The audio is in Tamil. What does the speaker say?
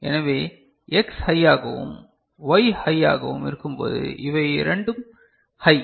எனவே x ஹையாகவும் Y ஹையாகவும் இருக்கும்போது இவை இரண்டும் ஹை